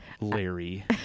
Larry